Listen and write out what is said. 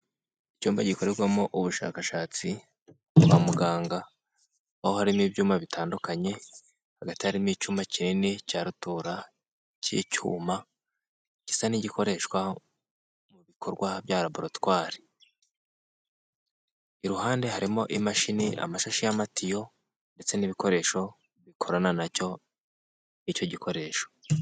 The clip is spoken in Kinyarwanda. Icyumba gikorerwamo ubushakashatsi kwa muganga, aho harimo ibyuma bitandukanye hagati haririmo icyuma kinini cya rutura cy'icyuma gisa n'igikoreshwa mu bikorwa bya laboratwari. Iruhande harimo imashini amashashi y'amatiyo n'ibikoresho bikorana na cyo icyo gikoresho.